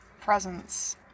presence